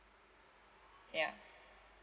ya